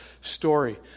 story